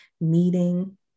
meeting